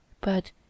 But